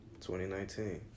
2019